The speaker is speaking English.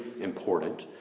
important